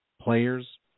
Players